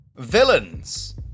Villains